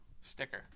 Sticker